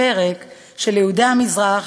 הפרק של יהודי המזרח,